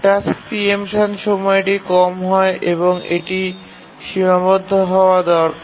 task preemption সময়টি কম হয় এবং এটি সীমাবদ্ধ হওয়া দরকার